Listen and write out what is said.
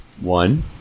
One